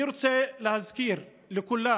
אני רוצה להזכיר לכולם